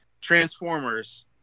Transformers